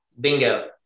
Bingo